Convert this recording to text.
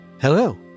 Hello